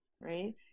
right